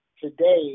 today